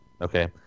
okay